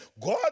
God